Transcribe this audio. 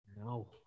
No